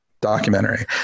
documentary